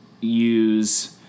use